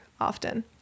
often